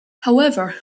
however